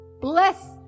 Bless